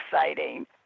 exciting